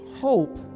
hope